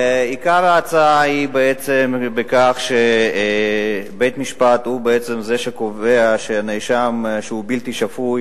עיקר ההצעה היא בכך שבית-משפט הוא בעצם זה שקובע שנאשם הוא בלתי שפוי